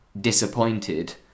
disappointed